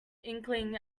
inkling